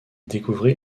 découvrit